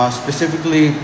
specifically